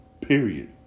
Period